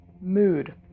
mood